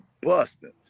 busting